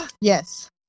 yes